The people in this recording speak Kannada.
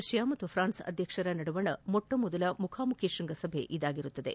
ರಷ್ಯಾ ಮತ್ತು ಫ್ರಾನ್ಸ್ ಅಧ್ಯಕ್ಷರ ನಡುವಿನ ಮೊಟ್ಟಮೊದಲ ಮುಖಾಮುಖಿ ಶ್ವಂಗಸಭೆ ಇದಾಗಿದೆ